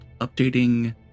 updating